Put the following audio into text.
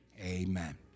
Amen